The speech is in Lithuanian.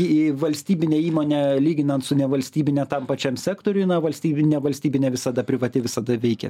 į valstybinę įmonę lyginan su nevalstybine tam pačiam sektoriuj na valstybinė valstybinė visada privati visada veikia